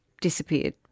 disappeared